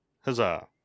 Huzzah